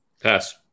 Pass